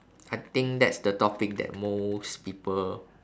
I think that's the topic that most people